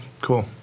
cool